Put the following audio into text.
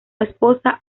esposa